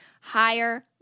Higher